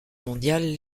mondiale